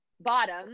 bottom